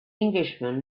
englishman